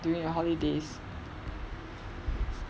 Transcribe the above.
during our holidays